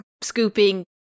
scooping